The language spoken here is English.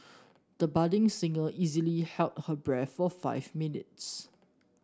the budding singer easily held her breath for five minutes